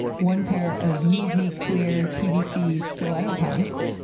one pair of yeezy clear pvc stiletto pumps.